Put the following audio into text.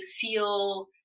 feel